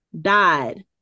died